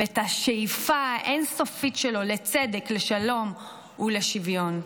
ואת השאיפה האין-סופית שלו לצדק לשלום ולשוויון.